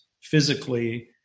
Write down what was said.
physically